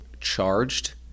charged